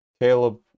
Caleb